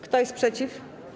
Kto jest przeciw?